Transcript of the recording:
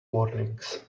warnings